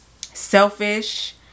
selfish